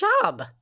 job